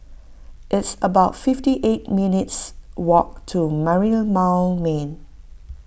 it's about fifty eight minutes walk to Merlimau Lane